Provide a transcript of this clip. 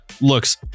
looks